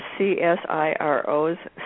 CSIRO's